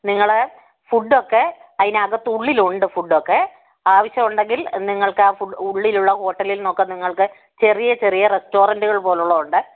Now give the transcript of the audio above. നിങ്ങള് ഫുഡൊക്കെ അതിനകത്ത് ഉള്ളിലുണ്ട് ഫുഡൊക്കെ ആവശ്യമുണ്ടെങ്കിൽ നിങ്ങൾക്കാ ഫുഡ് ഉള്ളിലുള്ള ഹോട്ടലിന്നൊക്കെ നിങ്ങൾക്ക് ചെറിയ ചെറിയ റെസ്റ്റോറന്റുകൾ പോലുള്ള ഉണ്ട്